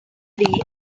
day